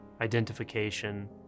identification